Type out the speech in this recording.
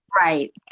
right